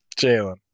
Jalen